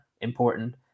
important